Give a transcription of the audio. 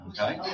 Okay